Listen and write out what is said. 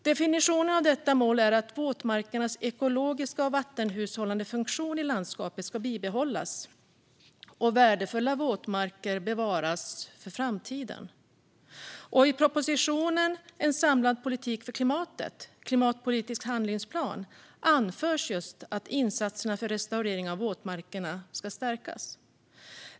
Definitionen av detta mål är att våtmarkernas ekologiska och vattenhushållande funktion i landskapet ska bibehållas och att värdefulla våtmarker ska bevaras för framtiden. I propositionen En samlad politik för klimatet - klimatpolitisk hand lingsplan anförs att insatserna för restaurering av våtmarkerna ska stärkas.